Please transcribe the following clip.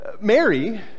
Mary